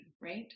right